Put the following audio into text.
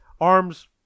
arms